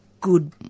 good